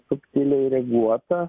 subtiliai reaguota